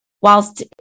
whilst